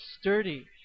sturdy